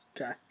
Okay